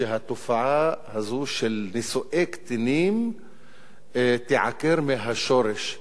שהתופעה הזאת של נישואי קטינים תיעקר מן השורש.